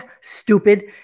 stupid